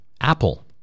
Apple